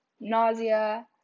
nausea